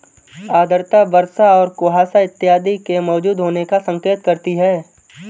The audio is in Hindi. आर्द्रता वर्षा और कुहासा इत्यादि के मौजूद होने का संकेत करती है